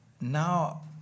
now